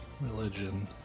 Religion